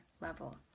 level